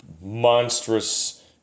monstrous